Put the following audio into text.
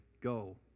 go